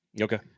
Okay